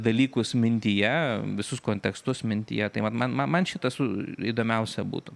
dalykus mintyje visus kontekstus mintyje tai vat man man šita su įdomiausia būtų